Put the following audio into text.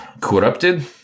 corrupted